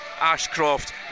Ashcroft